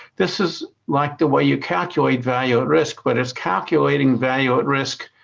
this is like the way you calculate value at risk but it's calculating value at risk